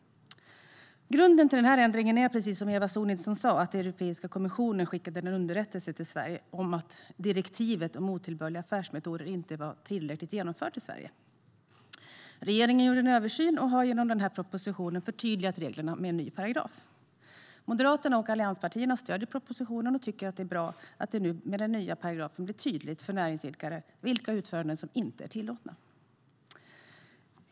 Grunden till ändringarna är, precis som Eva Sonidsson sa, att Europeiska kommissionen skickade en underrättelse till Sverige om att direktivet om otillbörliga affärsmetoder inte var tillräckligt genomfört i Sverige. Regeringen gjorde en översyn och har genom denna proposition förtydligat reglerna med en ny paragraf. Moderaterna och allianspartierna stöder propositionen och tycker att det är bra att det nu med den nya paragrafen blir tydligare för näringsidkare vilka utföranden som inte är tillåtna.